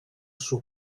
suo